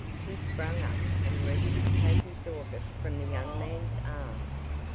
he sprang up and reached to take his daughter from the young man's arms.